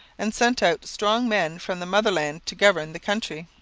and sent out strong men from the motherland to govern the country.